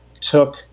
took